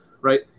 Right